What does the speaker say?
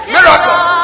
Miracles